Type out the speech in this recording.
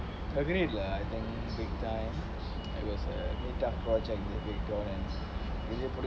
agreed lah I think big time it was a tough project that we thought and we really put in